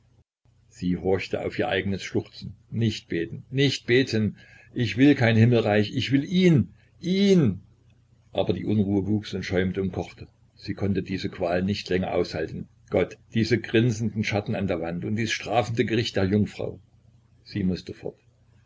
sie horchte auf ihr eigenes schluchzen nicht beten nicht beten ich will kein himmelreich ich will ihn ihn aber die unruhe wuchs und schäumte und kochte sie konnte diese qual nicht länger aushalten gott diese grinsenden schatten an der wand und dies strafende gericht der jungfrau sie mußte fort